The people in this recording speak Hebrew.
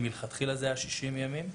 האם מלכתחילה זה היה 60 ימים.